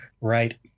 right